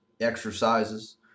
exercises